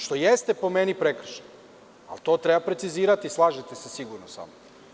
Što jeste po meni prekršaj, ali to treba precizirati, slažete se sigurno sa mnom.